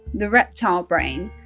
the reptile brain,